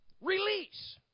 Release